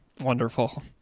Wonderful